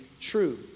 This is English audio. true